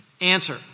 Answer